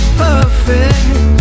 perfect